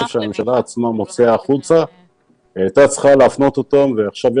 הממשלה הייתה צריכה להפנות את מה שהיא מוציאה החוצה ועכשיו,